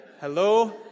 Hello